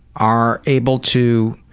are able to